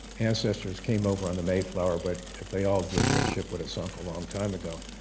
ancestors came over on the mayflower, but if they all did that ship would have sunk a long time ago.